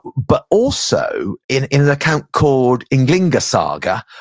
but also in in an account called ynglinga saga,